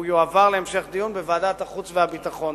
והוא יועבר להמשך דיון בוועדת החוץ והביטחון.